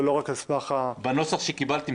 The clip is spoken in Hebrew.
ולא רק על סמך --- בנוסח שקיבלתם,